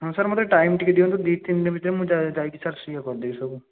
ହଁ ସାର୍ ମତେ ଟାଇମ୍ ଟିକେ ଦିଅନ୍ତୁ ଦୁଇ ତିନି ଦିନ ଭିତରେ ମୁଁ ଯାଇକି ସାର୍ ଶିଓର୍ କରିଦେବି ସବୁ